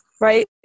right